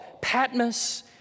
Patmos